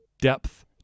depth